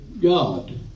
God